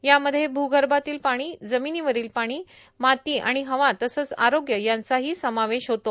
यामध्ये भूगर्मातील पाणी जमिनीवरील पाणी माती आणि हवा तसंच आरोग्य यांचाही समावेश होतो